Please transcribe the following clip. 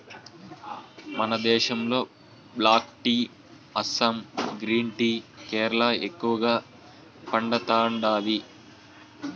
మన దేశంలో black tea Assam green tea Kerala ఎక్కువగా పండతాండాది